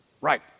Right